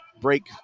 break